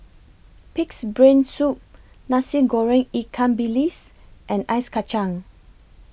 Pig'S Brain Soup Nasi Goreng Ikan Bilis and Ice Kacang